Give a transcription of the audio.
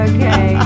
Okay